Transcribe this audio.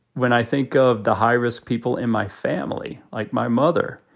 when i think of the high risk people in my family, like my mother,